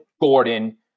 Gordon